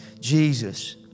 Jesus